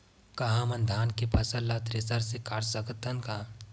का हमन धान के फसल ला थ्रेसर से काट सकथन का?